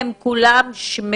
כלומר, הנעולים הם כולם ממשלתיים?